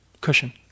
cushion